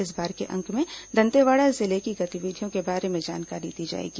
इस बार के अंक में दंतेवाड़ा जिले की गतिविधियों के बारे में जानकारी दी जाएगी